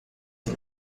die